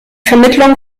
vermittlung